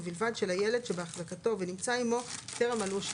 ובלבד שלילד שבהחזקתו ונמצא עמו טרם מלאו 12